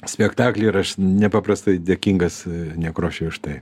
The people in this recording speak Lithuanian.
spektakly ir aš nepaprastai dėkingas nekrošiui už tai